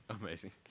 Amazing